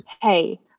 hey